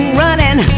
running